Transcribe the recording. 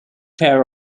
pair